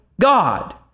God